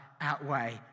outweigh